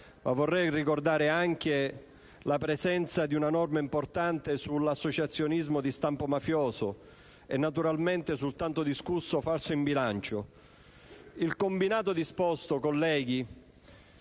Vorrei ricordare anche la presenza di una norma importante sull'associazionismo di stampo mafioso e sul tanto discusso falso in bilancio. Colleghi, il combinato disposto di